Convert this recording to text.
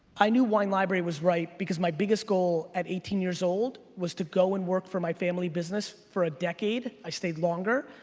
i knew wine library was right because my biggest goal at eighteen years old was to go and work for my family business for a decade, i stayed longer,